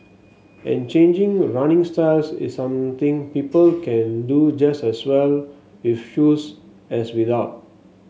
and changing running styles is something people can do just as well with shoes as without